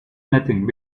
nothing